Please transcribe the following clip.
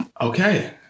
Okay